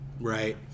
Right